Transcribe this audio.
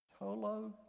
tolo